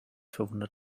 verwundert